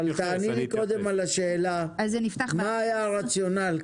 תעני לי קודם על השאלה מה היה הרציונל,